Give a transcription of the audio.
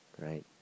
right